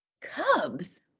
cubs